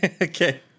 Okay